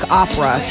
opera